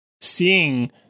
Seeing